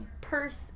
purse